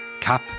cap